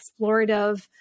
explorative